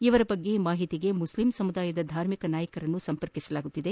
ಇವರ ಬಗ್ಗೆ ಮಾಹಿತಿಗೆ ಮುಸ್ಲಿಂ ಸಮುದಾಯದ ಧಾರ್ಮಿಕ ನಾಯಕರನ್ನು ಸಂಪರ್ಕಿಸಲಾಗುತ್ತಿದೆ